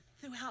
throughout